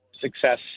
success